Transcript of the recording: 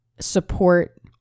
support